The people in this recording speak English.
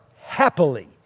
happily